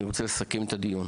אני רוצה לסכם את הדיון.